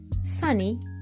sunny